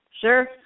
Sure